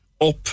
up